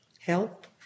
help